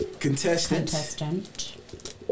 Contestant